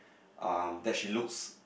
um that she looks